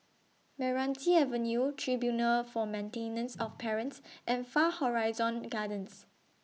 Meranti Avenue Tribunal For Maintenance of Parents and Far Horizon Gardens